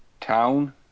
town